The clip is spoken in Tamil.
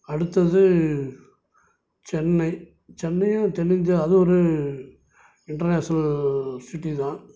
அடுத்தது சென்னை சென்னையும் தென்னிந்தியா அது ஒரு இன்டெர்நேஷ்னல் சிட்டி தான்